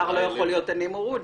שר לא יכול להיות עני מרוד,